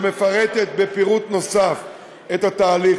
שמפרטת בפירוט נוסף את התהליך.